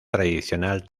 tradicional